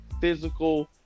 physical